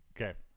Okay